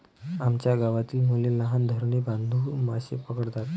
आमच्या गावातील मुले लहान धरणे बांधून मासे पकडतात